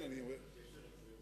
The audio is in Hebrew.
הקשר הזה הוא